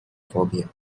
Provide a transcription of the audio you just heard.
phobia